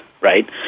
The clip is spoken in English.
right